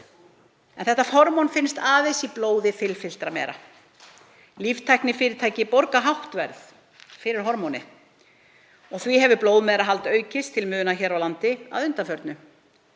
Þetta hormón finnst aðeins í blóði fylfullra mera. Líftæknifyrirtæki borga hátt verð fyrir hormónið og því hefur blóðmerahald aukist til muna hér á landi að undanförnu.